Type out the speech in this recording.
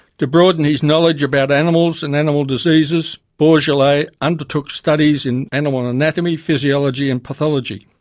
to broaden his knowledge about animals and animal diseases bourgelat undertook studies in animal anatomy, physiology and pathology.